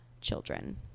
children